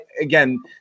again